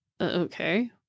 Okay